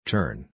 Turn